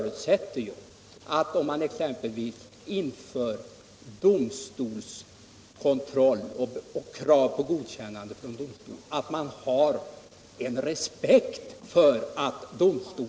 Det räknar jag med att man kan utgå ifrån.